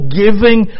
giving